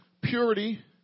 Purity